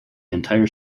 entire